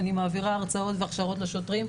אני מעבירה הרצאות והכשרות לשוטרים,